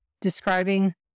describing